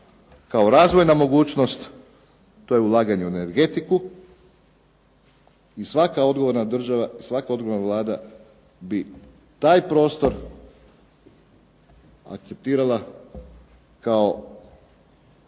kao razvojna mogućnost to je ulaganje u energetiku i svaka odgovorna država, svaka odgovorna vlada bi taj prostor akceptirala kao